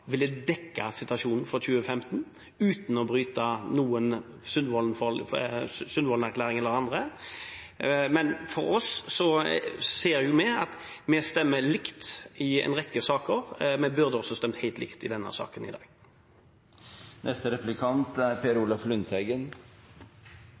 ville dekke situasjonen for 2015 uten å bryte Sundvolden-erklæringen eller annet. Vi stemmer likt i en rekke saker, vi burde også stemt helt likt i denne saken i dag. Pensjonsoppgjøret følger kalenderåret. Det har aldri vært noen tvil om det, og det er